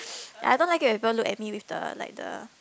I don't like it when people look at me with the like the